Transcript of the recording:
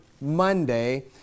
Monday